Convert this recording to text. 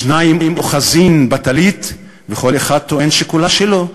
שניים אוחזין בטלית וכל אחד טוען שכולה שלו,